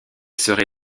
serait